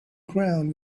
ground